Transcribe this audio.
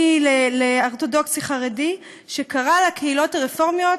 אורתודוקסי חרדי, שקרא לקהילות הרפורמיות,